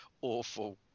awful